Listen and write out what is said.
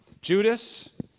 Judas